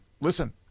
listen